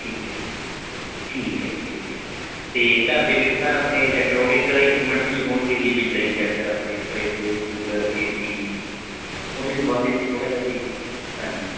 ਠੀਕ ਹੈ ਠੀਕ ਹੈ ਜੀ ਠੀਕ ਹੈ ਅਤੇ ਘਰ ਦੇ ਵਿੱਚ ਸਰ ਆਪਣੇ ਇਲੈਕਟਰੋਨਿਕ ਇਕਉਪਮੈਂਟਸ ਵੀ ਹੋਣਗੇ ਜੀ ਬਿਜਲਈ ਯੰਤਰ ਆਪਣੇ ਫਰਿਜ ਕੂਲਰ ਏ ਸੀ ਉਹਦੇ ਸੰਬੰਧ ਦੇ ਵਿੱਚ ਥੋੜ੍ਹਾ ਜਿਹਾ ਅਸੀਂ ਹਾਂਜੀ